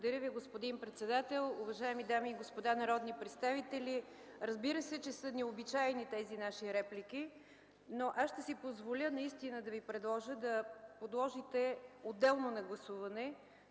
Благодаря Ви, господин председател. Уважаеми дами и господа народни представители, разбира се, че са необичайни тези наши реплики, но аз ще си позволя наистина да Ви предложа да подложите отделно на гласуване